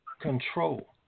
control